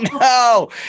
no